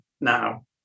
now